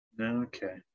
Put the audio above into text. okay